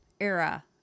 era